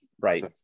Right